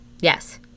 Yes